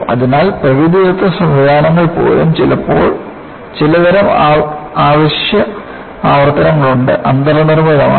അതിനാൽ പ്രകൃതിദത്ത സംവിധാനങ്ങളിൽ പോലും ചിലതരം അവശ്യ ആവർത്തനങ്ങളുണ്ട് അന്തർനിർമ്മിതമാണ്